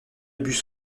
bus